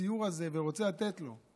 הציור הזה ורוצה לתת לו.